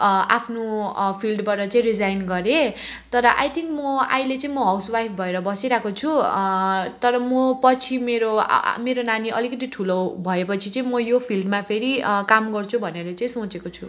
आफ्नो फिल्डबाट चाहिँ रिजाइन गरेँ तर आई थिङ्क म अहिले चाहिँ म हाउसवाइफ भएर बसिरहेको छु तर म पछि मेरो मेरो नानी अलिकति ठुलो भएपछि चाहिँ म यो फिल्डमा फेरि काम गर्छु भनेर चाहिँ सोचेको छु